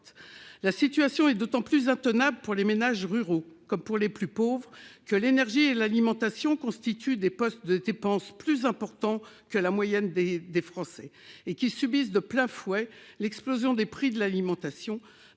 La situation est d'autant plus intenable pour les ménages ruraux comme pour les plus pauvres que l'énergie et l'alimentation constituent des postes de dépenses plus importants que pour la moyenne des Français. Ces ménages subissent de plein fouet l'explosion des prix de l'alimentation,